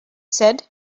said